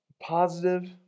positive